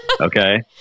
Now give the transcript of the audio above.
Okay